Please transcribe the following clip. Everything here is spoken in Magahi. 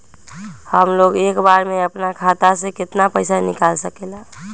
हमलोग एक बार में अपना खाता से केतना पैसा निकाल सकेला?